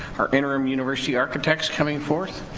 our interim university architect's coming forth.